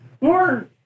more